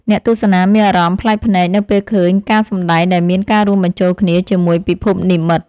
អ្នកទស្សនាមានអារម្មណ៍ប្លែកភ្នែកនៅពេលឃើញការសម្តែងដែលមានការរួមបញ្ចូលគ្នាជាមួយពិភពនិម្មិត។